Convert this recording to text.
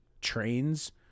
trains